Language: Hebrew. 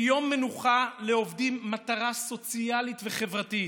ליום מנוחה לעובדים מטרה סוציאלית וחברתית,